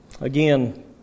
Again